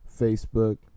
Facebook